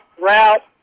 route